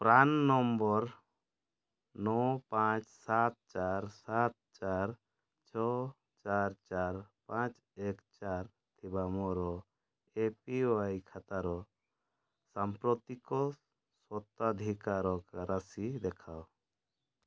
PRAN number ନଅ ପାଞ୍ଚ ସାତ ଚାରି ସାତ ଚାରି ଛଅ ଚାରି ଚାରି ପାଞ୍ଚ ଏକ ଚାରି ଥିବା ମୋର ଏ ପି ୱାଇ ଖାତାର ସାମ୍ପ୍ରତିକ ସ୍ୱତ୍ୱାଧିକାର ରାଶି ଦେଖାଅ